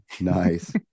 nice